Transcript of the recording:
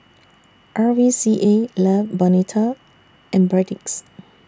R V C A Love Bonito and Perdix